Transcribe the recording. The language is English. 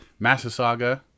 Massasaga